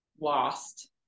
lost